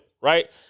right